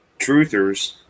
truthers